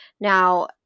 Now